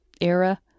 era